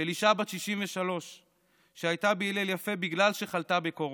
של אישה בת 63 שהייתה בהלל יפה בגלל שחלתה בקורונה.